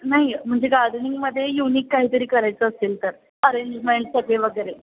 नाही म्हणजे गार्डनिंगमध्ये युनिक काहीतरी करायचं असेल तर अरेंजमेंट सगळे वगैरे